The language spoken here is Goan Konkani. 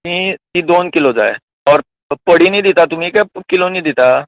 ती ती दोन किलो जाय पडिनी दिता तुमी कितें किलोंनी दिता